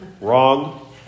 Wrong